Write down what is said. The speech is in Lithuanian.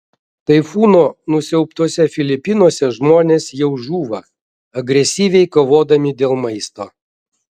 taifūno nusiaubtuose filipinuose žmonės jau žūva agresyviai kovodami dėl maisto